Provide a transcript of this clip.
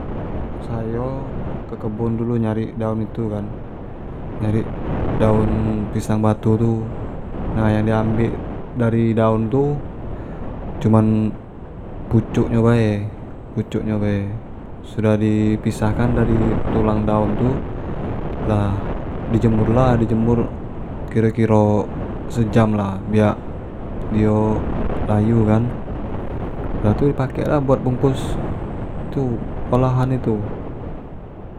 Sayo ke kebun dulu nyari daun itu kan, nyari daun pisang batu tu, nah yang di ambek dari daun tu cuman pucuk nyo bae-pucuk bae sudah di pisahkan ari tulang nyo tu lah di jemur lah di jemur kiro-kiro se jam lah biak dio layu kan, setelah tu di pakek lah buat bungkus itu olah itu.